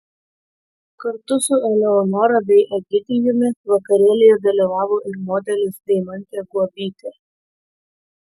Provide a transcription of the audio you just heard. kartu su eleonora bei egidijumi vakarėlyje dalyvavo ir modelis deimantė guobytė